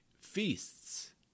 feasts